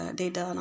data